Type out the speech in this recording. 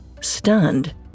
Stunned